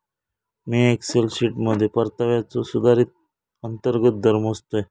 मिया एक्सेल शीटमध्ये परताव्याचो सुधारित अंतर्गत दर मोजतय